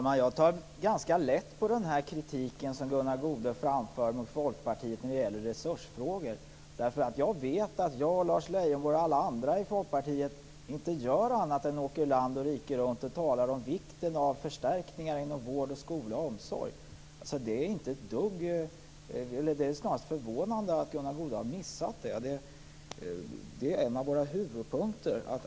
Fru talman! Jag tar lätt på kritiken som Gunnar Goude framfört mot Folkpartiet när det gäller resursfrågor. Jag vet att Lars Leijonborg, jag och alla andra i Folkpartiet inte gör annat än åker land och rike runt och talar om vikten av förstärkningar inom vård, skola och omsorg. Det är snarast förvånande att Gunnar Goude har missat detta.